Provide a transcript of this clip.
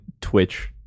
Twitch